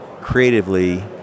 creatively